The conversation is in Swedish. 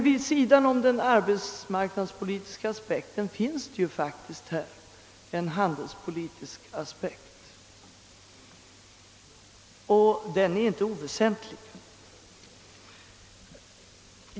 Vid sidan om den arbetsmarknadspolitiska aspekten finns emellertid en handelspolitisk aspekt, och den är inte oväsentlig.